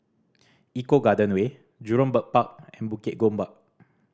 Eco Garden Way Jurong Bird Park and Bukit Gombak